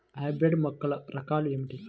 Hybrid మొక్కల రకాలు ఏమిటీ?